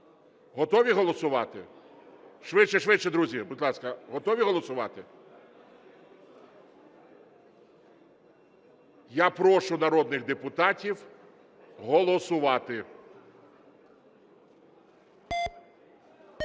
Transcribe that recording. Готові голосувати? Швидше, швидше, друзі, будь ласка. Готові голосувати? Я прошу народних депутатів голосувати.